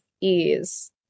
ease